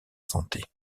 santé